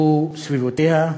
וסביבותיה,